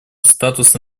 статуса